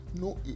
no